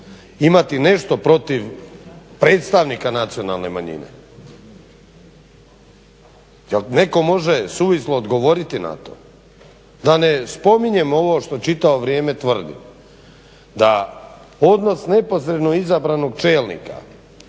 imati nešto protiv predstavnika nacionalne manjine. Jel netko može suvislo odgovoriti na to? Da ne spominjem ovo što čitavo vrijeme tvrdim, da odnos neposredno izabranog čelnika